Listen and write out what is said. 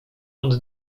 und